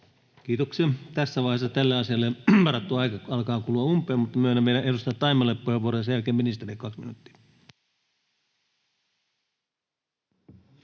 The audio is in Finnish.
Kiitoksia. — Tässä vaiheessa tälle asialle varattu aika alkaa kulua umpeen, mutta myönnän vielä edustaja Taimelalle puheenvuoron ja sen jälkeen ministerille kaksi minuuttia.